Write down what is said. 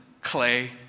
clay